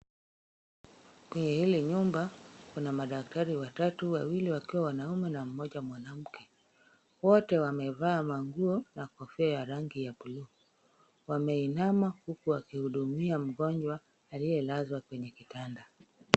Kwenye hili nyumba, kuna madaktari watatu, wawili wakiwa wanaume na mmoja mwanamke. Wote wamevaa nguo na kofia ya rangi ya buluu. Wameinama huku wakimhudumia mgonjwa aliyelazwa kwenye kitanda.